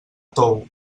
tou